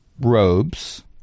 robes